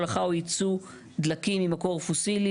הולכה או ייצור דלקים ממקור פוסילי,